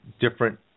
different